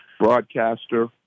broadcaster